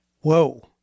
Whoa